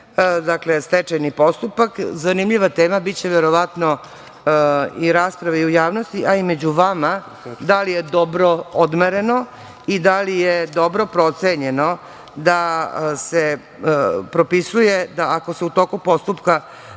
Dakle, stečajni postupak. Zanimljiva tema biće verovatno i rasprave u javnosti, a i među vama, da li je dobro odmereno i da li je dobro procenjeno da se propisuje da ako se u toku postupka